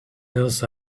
also